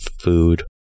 food